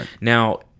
Now